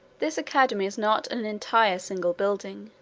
this academy is not an entire single building,